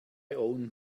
own